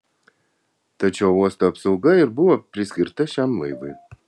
tad šio uosto apsauga ir buvo priskirta šiam laivui